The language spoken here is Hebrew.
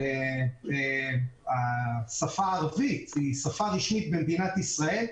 על השפה הערבית כשפה רשמית במדינת ישראל,